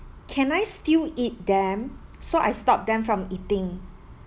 can I still eat them so I stopped them from eating